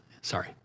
Sorry